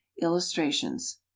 illustrations